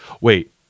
wait